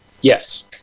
Yes